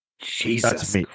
Jesus